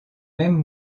même